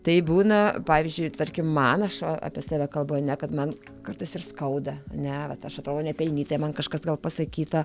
taip būna pavyzdžiui tarkim man aš a apie save kalbu ane kad man kartais ir skauda ane vat aš atrodau nepelnytai man kažkas gal pasakyta